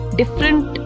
different